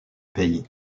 pays